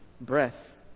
breath